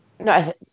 No